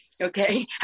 Okay